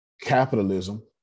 Capitalism